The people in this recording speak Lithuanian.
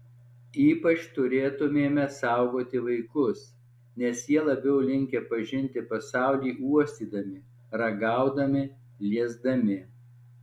ypač turėtumėme saugoti vaikus nes jie labiau linkę pažinti pasaulį uostydami ragaudami liesdami